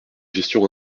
gestion